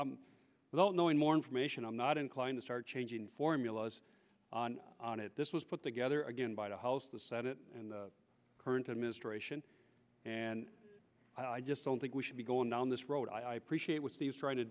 serve without knowing more information i'm not inclined to start changing formulas on it this was put together again by the house the senate and current administration and i just don't think we should be going down this road i appreciate with these trying to